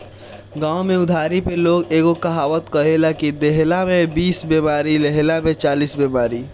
गांव में उधारी पे लोग एगो कहावत कहेला कि देहला में बीस बेमारी, लेहला में चालीस बेमारी